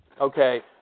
Okay